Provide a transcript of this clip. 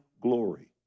glory